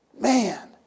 Man